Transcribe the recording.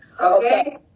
Okay